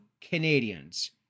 canadians